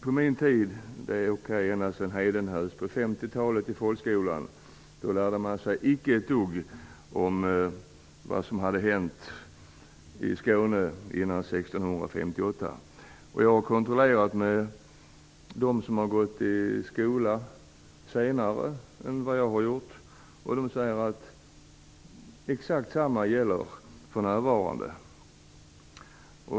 På min tid, på 50-talet i folkskolan, lärde man sig icke ett dugg om vad som hade hänt i Skåne före 1658. Jag har kontrollerat med dem som har gått i skolan senare, och de säger att exakt samma sak gäller för närvarande.